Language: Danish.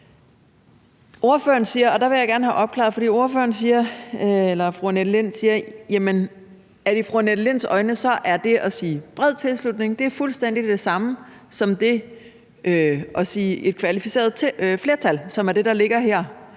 vigtigt i dag. Jeg vil gerne have opklaret noget. Ordføreren, fru Annette Lind, siger, at i fru Annette Linds øjne er det at sige bred tilslutning fuldstændig det samme som det at sige et kvalificeret flertal, som er det, der ligger her